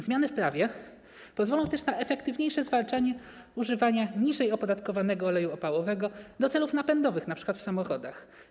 Zmiany w prawie pozwolą też na efektywniejsze zwalczanie używania niżej opodatkowanego oleju opałowego do celów napędowych, np. w samochodach.